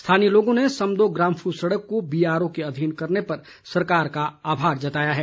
स्थानीय लोगों ने समदो ग्राम्फू सड़क को बीआरओ के अधीन करने पर सरकार का आभार जताया है